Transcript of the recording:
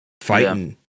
fighting